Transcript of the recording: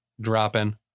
dropping